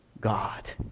God